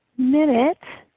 minute.